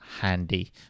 handy